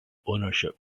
ownership